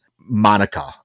Monica